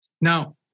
Now